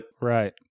Right